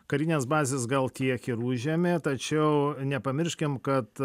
karinės bazės gal kiek ir užėmė tačiau nepamirškim kad